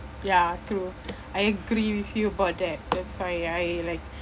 ya true I agree with you about that that's why I like